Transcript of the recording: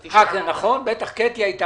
נכון, בוודאי.